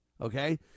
Okay